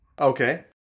Okay